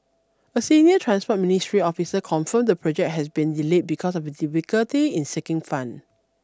a senior Transport Ministry officer confirmed the project had been delayed because of a difficulty in seeking fund